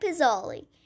Pizzoli